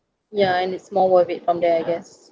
ya and it's more worth it from there I guess